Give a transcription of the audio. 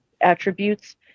attributes